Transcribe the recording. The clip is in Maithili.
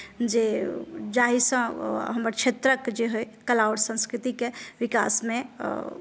जे जाहिसँ हमर क्षेत्रक जे होइ कला आ संस्कृतिके विकासमे